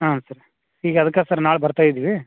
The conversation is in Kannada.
ಹಾಂ ಸರ್ ಈಗ ಅದಕ್ಕೆ ಸರ್ ನಾಳೆ ಬರ್ತಾಯಿದಿವಿ